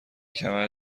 کمر